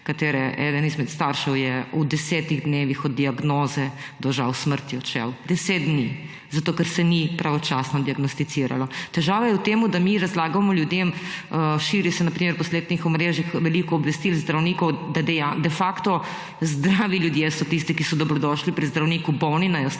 katere eden izmed staršev je v 10 dnevih od diagnoze žal odšel, 10 dni od diagnoze do smrti. 10 dni, zato ker se ni pravočasno diagnosticiralo. Težava je v tem, da mi razlagamo ljudem, širi se na primer po spletnih omrežjih veliko obvestil zdravnikov, da so de facto zdravi ljudje tisti, ki so dobrodošli pri zdravniku, bolni naj